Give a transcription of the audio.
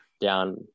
down